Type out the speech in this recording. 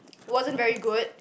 wasn't very good